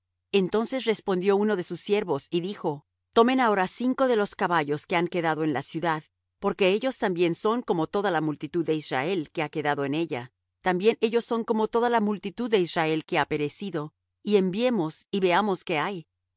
entonces respondió uno de sus siervos y dijo tomen ahora cinco de los caballos que han quedado en la ciudad porque ellos también son como toda la multitud de israel que ha quedado en ella también ellos son como toda la multitud de israel que ha perecido y enviemos y veamos qué hay